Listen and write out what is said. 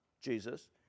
Jesus